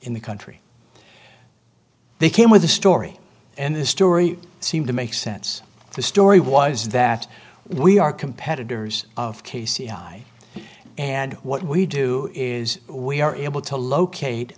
in the country they came with the story and the story seemed to make sense the story was that we are competitors of k c i and what we do is we are able to locate